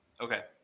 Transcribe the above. Okay